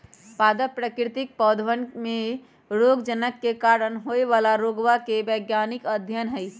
पादप विकृति पौधवन में रोगजनक के कारण होवे वाला रोगवा के वैज्ञानिक अध्ययन हई